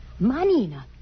Manina